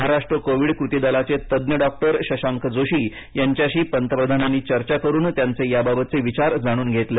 Maharashtra Covid कृती दलाचे तज्ज्ञ डॉक्टर शशांक जोशी यांच्याशी पंतप्रधानांनी चर्चा करून त्यांचे याबाबतचे विचार जाणून घेतले